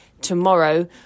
tomorrow